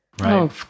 Right